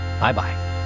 Bye-bye